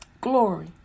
Glory